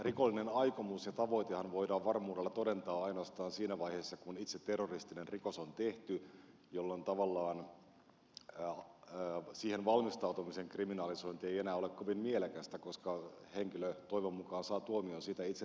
rikollinen aikomus ja tavoitehan voidaan varmuudella todentaa ainoastaan siinä vaiheessa kun itse terroristinen rikos on tehty jolloin tavallaan siihen valmistautumisen kriminalisointi ei enää ole kovin mielekästä koska henkilö toivon mukaan saa tuomion siitä itse rikoksesta